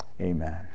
Amen